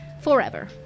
forever